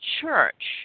church